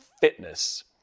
fitness